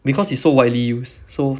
because it's so widely used so